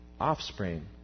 offspring